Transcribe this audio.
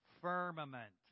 Firmament